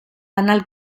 anal